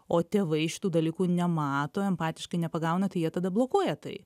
o tėvai šitų dalykų nemato empatiškai nepagauna tai jie tada blokuoja tai